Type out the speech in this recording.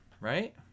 right